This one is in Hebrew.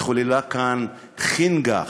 התחוללה כאן חנגה,